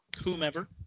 Whomever